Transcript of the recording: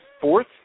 fourth